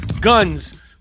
Guns